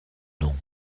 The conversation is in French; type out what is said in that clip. non